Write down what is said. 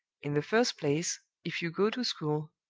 in the first place, if you go to school,